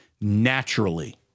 naturally